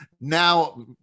Now